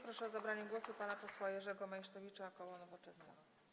Proszę o zabranie głosu pana posła Jerzego Meysztowicza, koło Nowoczesna.